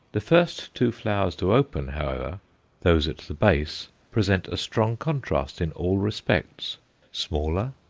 the first two flowers to open, however those at the base present a strong contrast in all respects smaller,